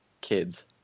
kids